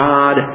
God